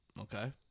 Okay